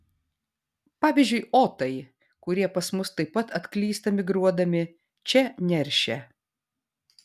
pavyzdžiui otai kurie pas mus taip pat atklysta migruodami čia neršia